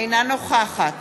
אינה נוכחת